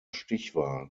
stichwahl